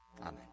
Amen